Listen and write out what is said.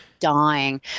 dying